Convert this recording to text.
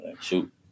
Shoot